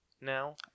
now